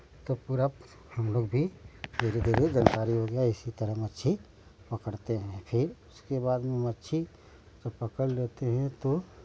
तो पूरा हम लोग भी धीरे धीरे जानकारी हो गया इसी तरह मच्छी पकड़ते हैं फिर उसके बाद में मच्छी तो पकड़ लेते हैं तो